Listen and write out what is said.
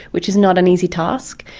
which is not an easy task,